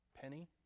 Penny